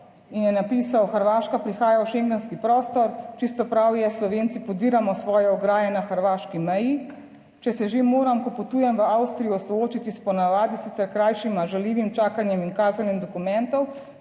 in je napisal, Hrvaška prihaja v schengenski prostor, čisto prav je, Slovenci podiramo svoje ograje na hrvaški meji, če se že moram, ko potujem v Avstrijo, soočiti s po navadi sicer krajšim žaljivim čakanjem in kazanjem dokumentov.